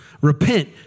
Repent